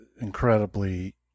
incredibly